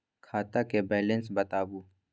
खाता के बैलेंस बताबू?